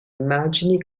immagini